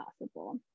possible